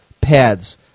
pads